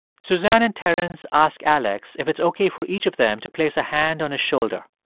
suzanne and terence ask alex if it's ok for each of them to place a hand on his shoulder.